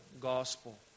gospel